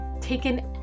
taken